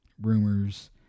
rumors